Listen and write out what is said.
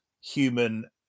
human